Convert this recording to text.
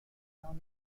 town